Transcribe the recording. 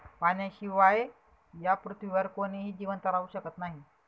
पाण्याशिवाय या पृथ्वीवर कोणीही जिवंत राहू शकत नाही